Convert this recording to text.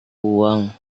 uang